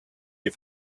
die